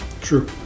True